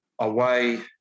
away